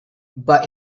but